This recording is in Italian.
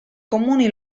comuni